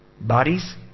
Bodies